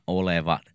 oleva